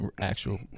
actual